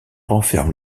renferme